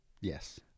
Yes